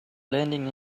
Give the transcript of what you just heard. blending